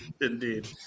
indeed